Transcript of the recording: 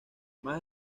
más